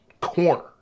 corner